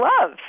love